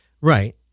right